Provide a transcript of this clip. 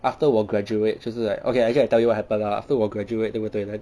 after 我 graduate 就是 like okay actually I tell you happen lah after 我 graduate 对不对的 like